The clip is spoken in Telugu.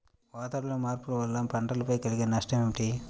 వాతావరణంలో మార్పుల వలన పంటలపై కలిగే నష్టం ఏమిటీ?